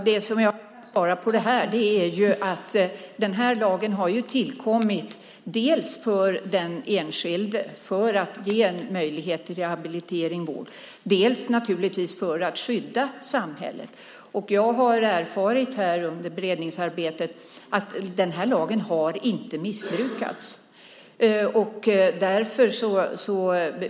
Fru talman! Det som jag kan svara här är att den här lagen har tillkommit dels för den enskilde, för att ge möjlighet till rehabilitering och vård, dels naturligtvis för att skydda samhället. Jag har erfarit under beredningsarbetet att den här lagen inte har missbrukats.